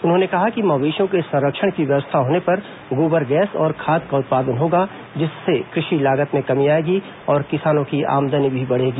उन्होंने कहा कि मवेशियों के संरक्षण की व्यवस्था होने पर गोबर गैस और खाद का उत्पादन होगा जिससे कृषि लागत में कमी आएगी और किसानों की आमदनी भी बढ़ेगी